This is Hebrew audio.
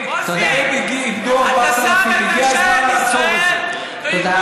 והם איבדו 4,000. הגיע הזמן לעצור את זה.